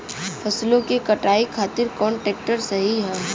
फसलों के कटाई खातिर कौन ट्रैक्टर सही ह?